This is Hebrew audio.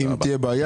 תודה רבה.